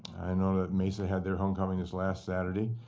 i know that mesa had their homecoming this last saturday.